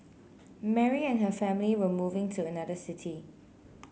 Mary and her family were moving to another city